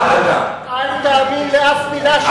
אל תאמין לאף מלה שלו.